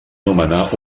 nomenar